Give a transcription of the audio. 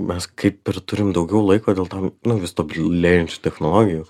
mes kaip ir turim daugiau laiko dėl tam nu vis tobulėjančių technologijų